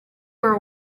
were